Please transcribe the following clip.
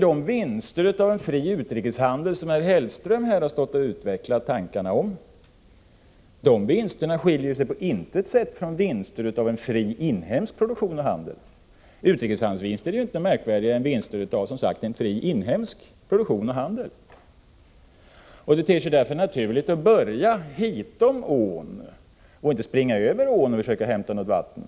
De vinster av en fri utrikeshandel som herr Hellström här har utvecklat tankar om skiljer sig nämligen på intet sätt från vinster av en fri inhemsk produktion och handel. Utrikeshandelsvinster är inte värdefullare än vinster av fri inhemsk produktion och handel. Det ter sig därför naturligt att börja hitom ån snarare än att springa över ån för att hämta vatten.